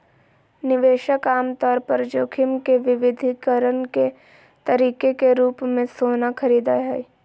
निवेशक आमतौर पर जोखिम के विविधीकरण के तरीके के रूप मे सोना खरीदय हय